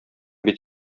бит